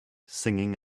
singing